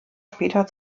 später